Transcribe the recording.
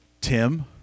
Tim